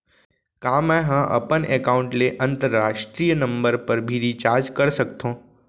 का मै ह अपन एकाउंट ले अंतरराष्ट्रीय नंबर पर भी रिचार्ज कर सकथो